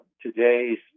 today's